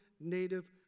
native